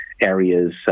areas